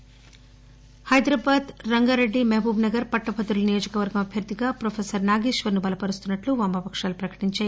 L left పార్టీలు Hyderabad Rangareddy Mahabubnagar పట్టభద్రుల నియోజకవర్గం అభ్యర్థిగా ప్రొఫెసర్ నాగేశ్వర్ ను బలపరుస్తున్నట్లు వామపకాలు ప్రకటించాయి